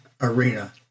Arena